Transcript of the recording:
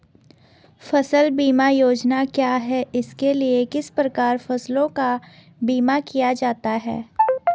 फ़सल बीमा योजना क्या है इसके लिए किस प्रकार फसलों का बीमा किया जाता है?